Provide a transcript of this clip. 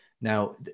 Now